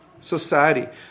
society